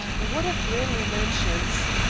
what of raleigh mansions?